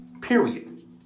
Period